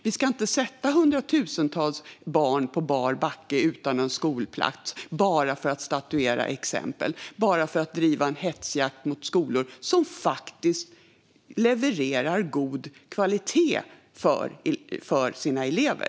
Vi ska inte ställa hundratusentals barn på bar backe, utan en skolplats, bara för att statuera exempel, och vi ska inte bedriva en häxjakt mot skolor som faktiskt levererar god kvalitet för sina elever.